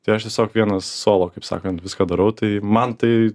tai aš tiesiog vienas solo kaip sakant viską darau tai man tai